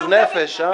עלוב נפש, אה...